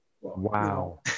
Wow